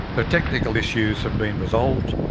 the technical issues have been resolved,